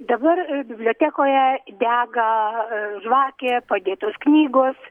dabar bibliotekoje dega žvakė padėtos knygos